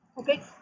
okay